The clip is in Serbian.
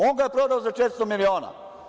On ga je prodao za 400 miliona.